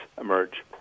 emerge